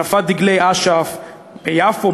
הנפת דגלי אש"ף ביפו,